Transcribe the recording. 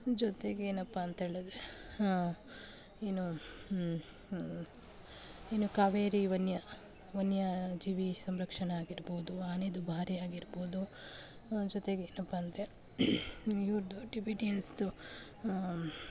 ಜೊತೆಗೇನಪ್ಪಾಂತ ಹೇಳಿದ್ರೆ ಏನು ಇನ್ನು ಕಾವೇರಿ ವನ್ಯ ವನ್ಯ ಜೀವಿ ಸಂರಕ್ಷಣ ಆಗಿರ್ಬೋದು ಆನೆ ದುಬಾರೆ ಆಗಿರ್ಬೋದು ಜೊತೆಗೇನಪ್ಪಾಂದ್ರೆ ಇವ್ರದ್ದು ಟಿಬೆಟಿಯನ್ಸ್ದು